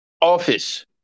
office